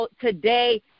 today